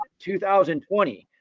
2020